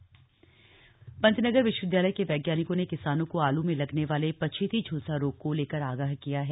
झुलसा रोग पंतनगर विश्वविद्यालय के वैज्ञानिकों ने किसानों को आलू में लगने वाले पछेती झुलसा रोग को लेकर आगाह किया है